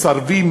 מסרבים,